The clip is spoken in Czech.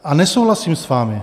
A nesouhlasím s vámi.